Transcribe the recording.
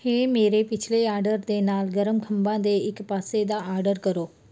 ਹੇ ਮੇਰੇ ਪਿਛਲੇ ਆਰਡਰ ਦੇ ਨਾਲ ਗਰਮ ਖੰਭਾਂ ਦੇ ਇੱਕ ਪਾਸੇ ਦਾ ਆਰਡਰ ਕਰੋ